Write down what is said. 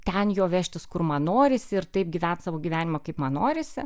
ten jo vežtis kur man norisi ir taip gyvent savo gyvenimą kaip man norisi